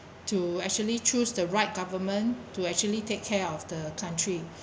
to actually choose the right government to actually take care of the country